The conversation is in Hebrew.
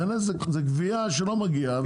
זה גבייה שלא מגיעה.